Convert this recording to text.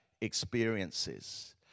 experiences